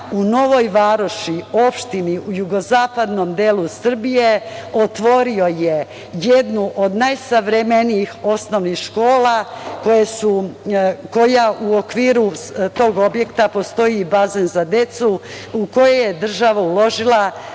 u Novoj Varoši, opštini u jugozapadnom delu Srbije, otvorio je jednu od najsavremenijih osnovnih škola, u okviru tog objekta postoji i bazen za decu, u koju je država uložila